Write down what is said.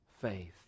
faith